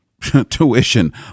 tuition